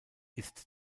ist